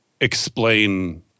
explain